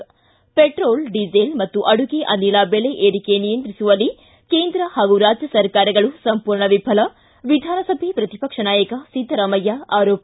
ಿ petrol diesel ಮತ್ತು ಅಡುಗೆ ಅನಿಲ ಬೆಲೆ ಏರಿಕೆ ನಿಯಂತ್ರಿಸುವಲ್ಲಿ ಕೇಂದ್ರ ಹಾಗೂ ರಾಜ್ಯ ಸರ್ಕಾರಗಳು ಸಂರ್ಮೂರ್ಣ ವಿಫಲ ವಿಧಾನಸಭೆ ಪ್ರತಿಪಕ್ಷ ನಾಯಕ ಸಿದ್ದರಾಮಯ್ಯ ಆರೋಪ